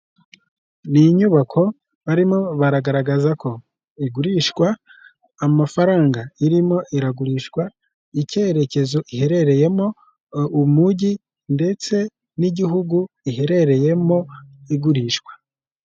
Ni inyubako barimo baragaragaza ko igurishwa, amafaranga irimo iragurishwa, icyerekezo iherereyemo, umujyi ndetse n'igihugu iherereyemo igurishwa.